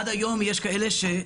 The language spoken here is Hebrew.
עד היום יש כאלה שלא קיבלו.